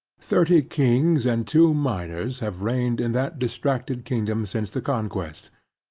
thirty kings and two minors have reigned in that distracted kingdom since the conquest,